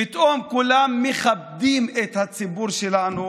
פתאום כולם מכבדים את הציבור שלנו